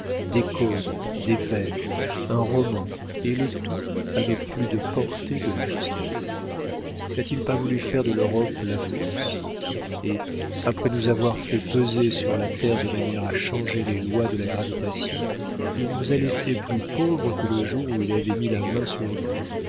des codes des vers un roman et le tout avec plus de portée que de justesse n'a-t-il pas voulu faire de l'europe la france et après nous avoir fait peser sur la terre de manière à changer les lois de la gravitation il nous a laissés plus pauvres que le jour où il avait mis la main sur nous